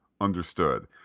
Understood